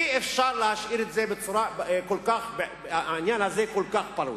אי-אפשר להשאיר את העניין הזה כל כך פרוץ.